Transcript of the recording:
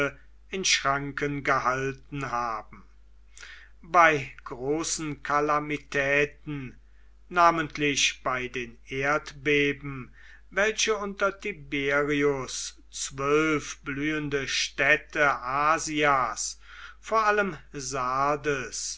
in schranken gehalten haben bei großen kalamitäten namentlich bei den erdbeben welche unter tiberius zwölf blühende städte asias vor allem sardes